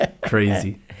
Crazy